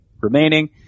remaining